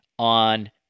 on